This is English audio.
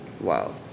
Wow